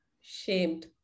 shamed